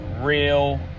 real